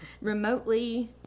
Remotely